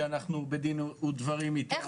שאנחנו בדין ודברים איתם.